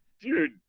Dude